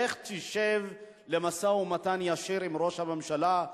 לך תשב במשא-ומתן ישיר עם ראש הממשלה,